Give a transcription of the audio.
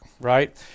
right